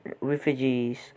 refugees